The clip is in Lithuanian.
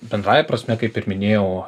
bendrąja prasme kaip ir minėjau